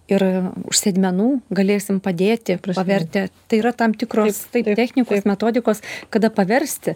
ir už sėdmenų galėsim padėti pravertę tai yra tam tikros technikos metodikos kada paversti